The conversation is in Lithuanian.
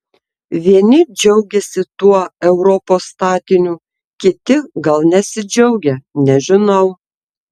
vieni džiaugiasi tuo europos statiniu kiti gal nesidžiaugia nežinau